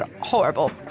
horrible